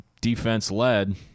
defense-led